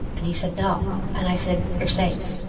and he said, no and i said, you're safe.